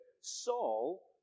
Saul